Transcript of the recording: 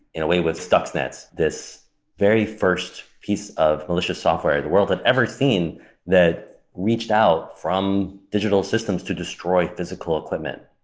in a way, with stuxnet, this very first piece of malicious software the world had ever seen that reached out from digital systems to destroy physical equipment.